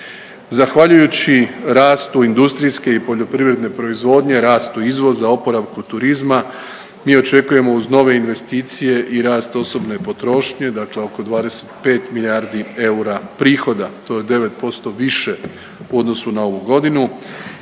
Zahvaljujući rastu industrijske i poljoprivredne proizvodnje, rastu izvoza, oporavku turizma mi očekujemo uz nove investicije i rast osobne potrošnje, dakle oko 25 milijardi eura prihoda, to je 9% više u odnosu na ovu godinu.